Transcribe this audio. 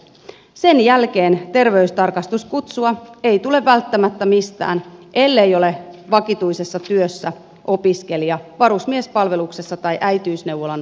sen jälkeen terveystarkastuskutsua ei tule välttämättä mistään ellei ole vakituisessa työssä opiskelija varusmiespalveluksessa tai äitiysneuvolan asiakas